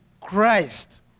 Christ